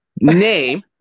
Name